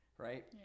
Right